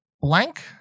blank